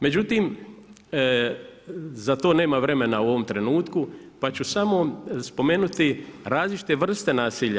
Međutim, za to nema vremena u ovom trenutku, pa ću samo spomenuti različite vrste nasilja.